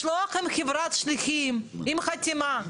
לשלוח עם חברת שליחים עם חתימה.